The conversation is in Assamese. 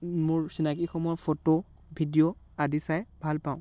মোৰ চিনাকিসমূহৰ ফটো ভিডিঅ' আদি চাই ভাল পাওঁ